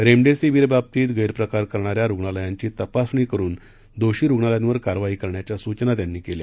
रेमडेसिवीरबाबतीत गप्तिकार करणाऱ्या रुग्णालयांची तपासणी करुन दोषी रुग्णालयावर कारवाई करण्याच्या सूचना त्यांनी केल्या